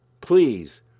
please